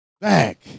Back